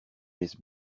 laisse